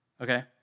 okay